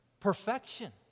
Perfection